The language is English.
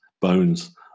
bones